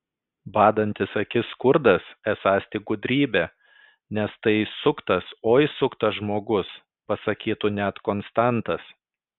badantis akis skurdas esąs tik gudrybė nes tai suktas oi suktas žmogus pasakytų net konstantas